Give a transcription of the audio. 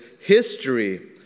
history